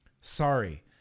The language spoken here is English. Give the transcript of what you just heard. Sorry